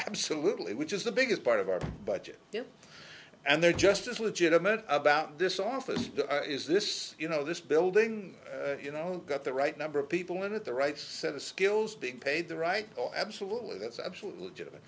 absolutely which is the biggest part of our budget and there just as legitimate about this office is this you know this building you know got the right number of people in it the right set of skills being paid the right oh absolutely that's absolutely